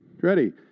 Ready